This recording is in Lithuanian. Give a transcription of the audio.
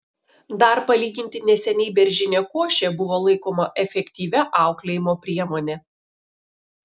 dar palyginti neseniai beržinė košė buvo laikoma efektyvia auklėjimo priemone